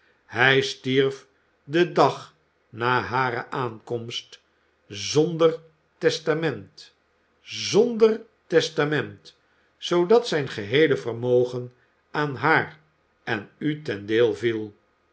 hij stierf den dag na hare aankomst zonder testament zonder testament zoodat zijn geheele vermogen aan haar en u ten deel viel